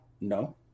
No